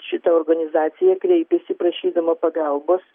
šita organizacija kreipėsi prašydama pagalbos